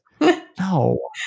No